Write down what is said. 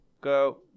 Go